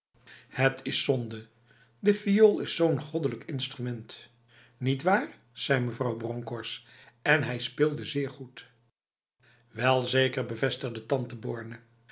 het is zonde de viool is zo'n goddelijk instrument nietwaar zei mevrouw bronkhorst en hij speelde zeer goed welzeker bevestigde tante borne